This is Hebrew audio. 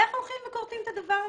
איך הולכים וכורתים את הדבר הזה?